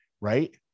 right